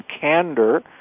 candor